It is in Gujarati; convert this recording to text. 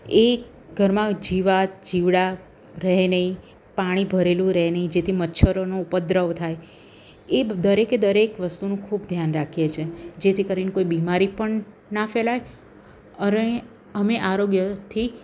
એ ઘરમાં જીવાત જીવડા રહે નહીં પાણી ભરેલું રહે નહીં જેથી મચ્છરોનો ઉપદ્રવ થાય એ દરેક એ દરેક વસ્તુનું ખૂબ ધ્યાન રાખીએ છે જેથી કરીને કોઇ બીમારી પણ ના ફેલાય અને અમે આરોગ્યથી